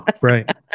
right